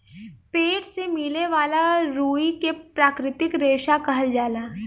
पेड़ से मिले वाला रुई के प्राकृतिक रेशा कहल जाला